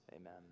amen